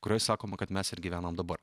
kurioje sakoma kad mes ir gyvenam dabar